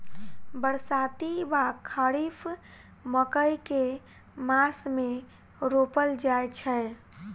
बरसाती वा खरीफ मकई केँ मास मे रोपल जाय छैय?